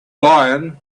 lion